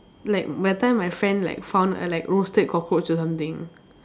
like that time my friend like found a like roasted cockroach or something